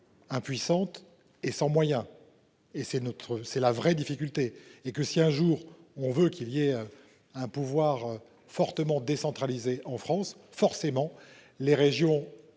impuissante et sans moyens et c'est notre c'est la vraie difficulté et que si un jour on veut qu'il y ait un pouvoir fortement décentralisé en France forcément les régions